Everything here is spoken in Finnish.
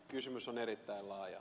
kysymys on erittäin laaja